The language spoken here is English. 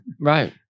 Right